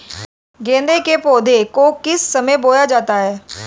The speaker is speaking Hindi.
गेंदे के पौधे को किस समय बोया जाता है?